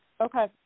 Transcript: Okay